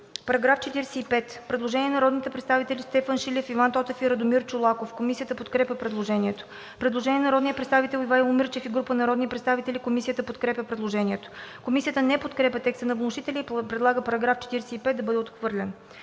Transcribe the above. По § 45 има предложение на народните представители Стефан Шилев, Иван Тотев и Радомир Чолаков. Комисията подкрепя предложението. Предложение на народния представител Ивайло Мирчев и група народни представители. Комисията подкрепя предложението. Комисията не подкрепя текста на вносителя и предлага § 45 да бъде отхвърлен.